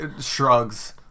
shrugs